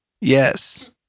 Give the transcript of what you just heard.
Yes